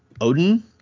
Odin